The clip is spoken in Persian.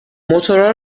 موتورا